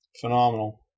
Phenomenal